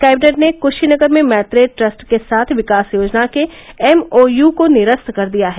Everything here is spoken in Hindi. कैबिनेट ने क्शीनगर में मैत्रेय ट्रस्ट के साथ विकास योजना के एमओयू को निरस्त कर दिया है